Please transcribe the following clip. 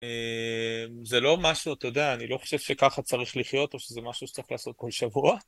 זה לא משהו, אתה יודע, אני לא חושב שככה צריך לחיות או שזה משהו שצריך לעשות כל שבוע.